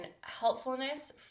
helpfulness